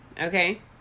okay